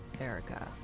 Erica